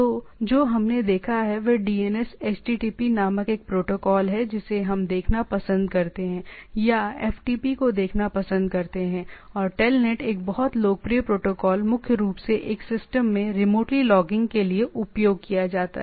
तो जो हमने देखा है वह DNS http नामक एक प्रोटोकॉल है जिसे हम देखना पसंद करते हैं या FTP को देखना पसंद करते हैं और TELNET एक बहुत लोकप्रिय प्रोटोकॉल मुख्य रूप से एक सिस्टम में रिमोटली लॉगिंग के लिए उपयोग किया जाता है